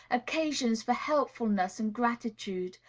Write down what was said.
occasions for helpfulness and gratitude,